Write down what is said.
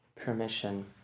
permission